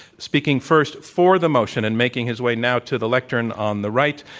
speaking first for the motion, and making his way now to the lectern on the right,